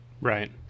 right